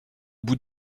bout